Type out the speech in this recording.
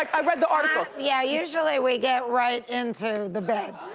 i read the article. yeah, usually we get right into the bed,